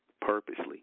purposely